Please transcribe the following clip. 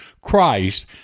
Christ